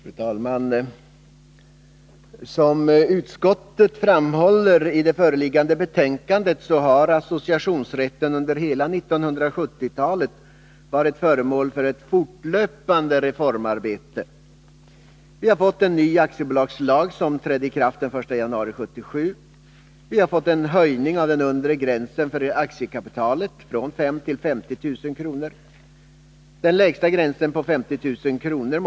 Fru talman! Som utskottet framhåller i det föreliggande betänkandet har associationsrätten under hela 1970-talet varit föremål för ett fortlöpande reformarbete. Vi har en fått en ny aktiebolagslag, som trädde i kraft den 1 januari 1977. Vi har få en höjning av den undre gränsen för aktiekapitalet från 5 000 till 50 000 kr. Denna lägsta gräns på 50000 kr.